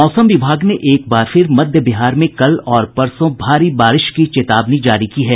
मौसम विभाग ने एक बार फिर मध्य बिहार में कल और परसों भारी बारिश की चेतावनी जारी की है